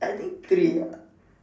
I think three ah